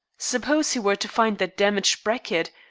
suppose he were to find that damaged bracket!